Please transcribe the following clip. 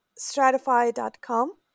stratify.com